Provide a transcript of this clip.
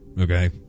Okay